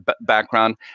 background